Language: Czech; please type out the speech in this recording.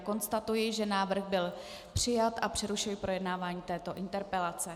Konstatuji, že návrh byl přijat, a přerušuji projednávání této interpelace.